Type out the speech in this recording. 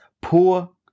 poor